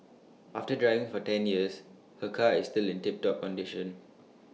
after driving for ten years her car is still in tip top condition